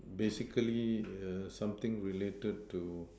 basically err something related to